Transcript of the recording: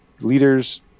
Leaders